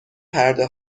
پرده